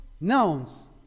nouns